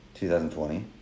2020